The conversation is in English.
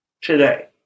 today